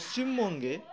পশ্চিমবঙ্গে